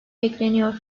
bekleniyor